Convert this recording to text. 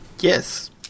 Yes